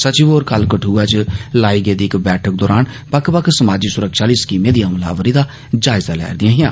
सचिव होर कल कठुआ च लाई गेदी इक बैठक दौरान बक्ख बक्ख समाजी सुरक्षा आहली स्कीमें दी अमलावरी दा जायजा लै'रदियां हियां